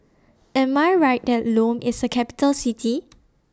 Am I Right that Lome IS A Capital City